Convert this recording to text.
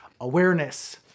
Awareness